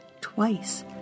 twice